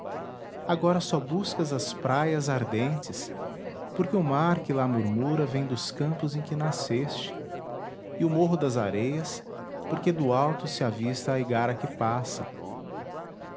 agora só buscas as praias ardentes porque o mar que lá murmura vem dos campos em que nasceste e o morro das areias porque do alto se avista a igara que passa